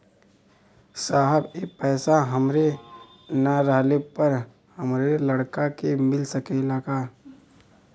साहब ए पैसा हमरे ना रहले पर हमरे लड़का के मिल सकेला का?